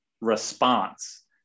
response